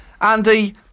Andy